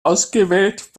ausgewählt